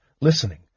listening